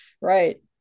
right